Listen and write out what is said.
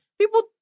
people